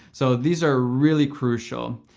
so these are really crucial.